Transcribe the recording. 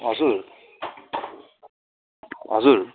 हजुर हजुर